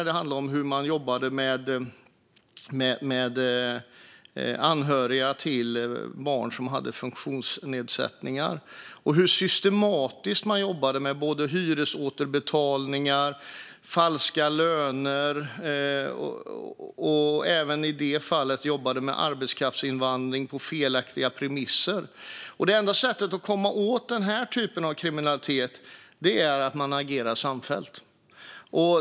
Det handlade om hur man jobbade med anhöriga till barn med funktionsnedsättningar och hur man jobbade systematiskt med såväl hyresåterbetalningar som falska löner och i det fallet även arbetskraftsinvandring på felaktiga premisser. Det enda sättet att komma åt den typen av kriminalitet är att agera samfällt.